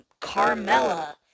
Carmella